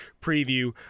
preview